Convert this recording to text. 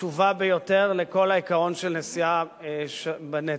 חשובה ביותר לכל העיקרון של נשיאה בנטל,